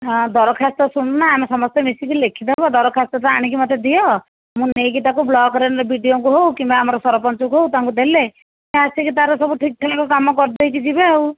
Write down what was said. ହଁ ଦରଖାସ୍ତ ଶୁଣୁନ ଆମେ ସମସ୍ତେ ମିଶିକି ଲେଖି ଦେବା ଦରଖାସ୍ତଟା ଆଣିକି ମୋତେ ଦିଅ ମୁଁ ନେଇକି ତାକୁ ବ୍ଲକରେ ବିଡ଼ିଓଙ୍କୁ ହେଉ କିମ୍ବା ଆମର ସରପଞ୍ଚଙ୍କୁ ହେଉ ତାଙ୍କୁ ଦେଲେ ସେ ଆସିକି ତାର ସବୁ ଠିକ୍ ଠାକ୍ କାମ କରିଦେଇକି ଯିବେ ଆଉ